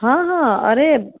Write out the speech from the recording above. હા હા અરે